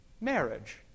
Marriage